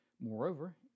Moreover